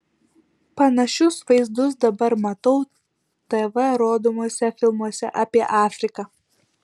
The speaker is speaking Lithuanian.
panašius vaizdus dabar matau tv rodomuose filmuose apie afriką